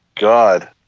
god